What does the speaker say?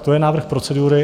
To je návrh procedury.